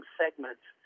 segments